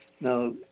Now